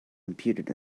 computed